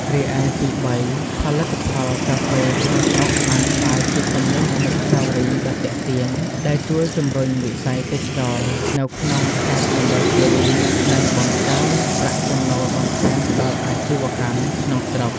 រីឯ ទីបី ផលិតផលកាហ្វេក្នុងស្រុកបានក្លាយជាទំនិញអនុស្សាវរីយ៍ដ៏ទាក់ទាញ ដែលជួយ ជំរុញវិស័យទេសចរណ៍ នៅក្នុងខេត្តមណ្ឌលគិរី និងបង្កើនប្រាក់ចំណូលបន្ថែមដល់អាជីវកម្មក្នុងស្រុក។